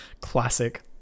Classic